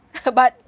but